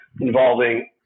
involving